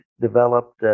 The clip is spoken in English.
developed